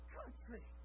country